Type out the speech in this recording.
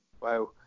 Wow